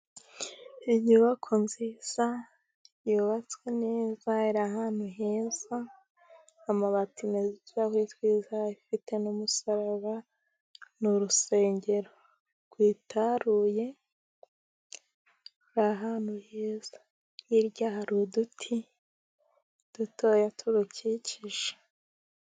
Inyubako nziza yubatswe neza iri ahantu heza, amabati meza, uturahuri twiza ifite n' umusaraba, ni urusengero rwitaruye ahantu heza, hirya hari uduti dutoya turukikije.